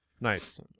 Nice